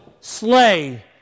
slay